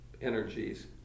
energies